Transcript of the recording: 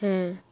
হ্যাঁ